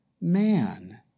man